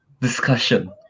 discussion